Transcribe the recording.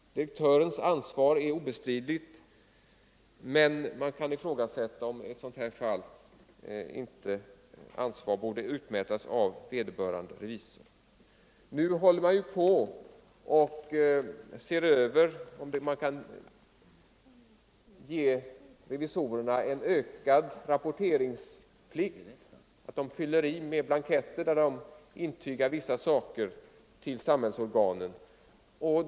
Direktörens ansvar är obestridligt, men man kan ifrågasätta om inte ansvar också borde utkrävas av vederbörande revisor. Nu håller man på och undersöker om man kan ge revisorerna ökad rapporteringsplikt, dvs. ålägga dem att fylla i blanketter där de intygar vissa saker för samhällsorganen.